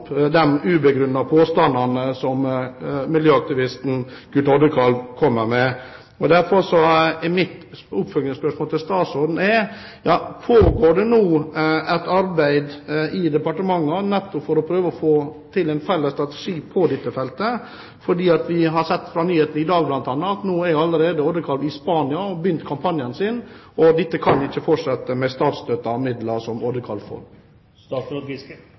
påstandene som miljøaktivisten Kurt Oddekalv kommer med. Derfor er mitt oppfølgingsspørsmål til statsråden: Pågår det nå et arbeid i departementet for å prøve å få til en felles strategi på dette feltet? Vi har sett på nyhetene i dag bl.a. at Oddekalv allerede er i Spania og har begynt kampanjen sin. Dette kan ikke fortsette med statsstøttede midler som